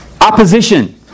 opposition